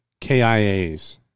KIAs